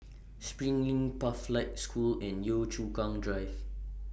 SPRING LINK Pathlight School and Yio Chu Kang Drive